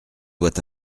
doit